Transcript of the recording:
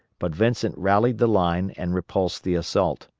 but vincent rallied the line and repulsed the assault.